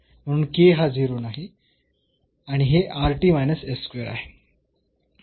म्हणून k हा 0 नाही आणि हे आहे